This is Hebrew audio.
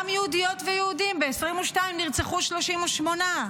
גם יהודיות ויהודים: ב-2022 נרצחו 38,